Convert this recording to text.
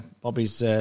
Bobby's